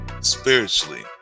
spiritually